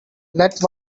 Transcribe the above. let